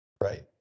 Right